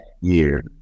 year